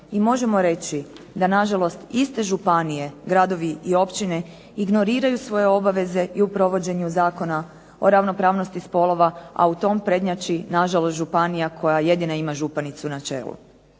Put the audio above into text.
i možemo reći da nažalost iste županije, gradovi i općine ignoriraju svoje obaveze i u provođenju Zakona o ravnopravnosti spolova, a u tom prednjači nažalost županija koja jedina ima županicu na čelu.